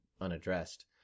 unaddressed